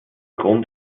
grund